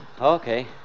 Okay